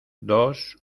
dos